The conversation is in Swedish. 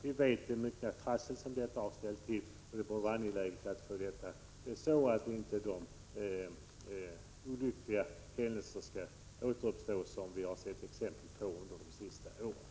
Vi vet hur mycket trassel som oklarhet på den punkten har ställt till, och det borde vara angeläget att få till stånd en sådan ordning att inte de olyckliga händelser skall inträffa på nytt som vi har sett exempel på under de senaste åren.